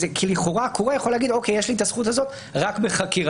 לכאורה הקורא יכול לומר שיש לו את הזכות הזאת רק בחקירתו,